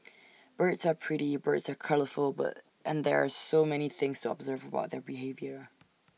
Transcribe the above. birds are pretty birds are colourful and there are so many things to observe about their behaviour